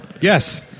Yes